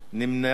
נמנע,